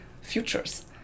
futures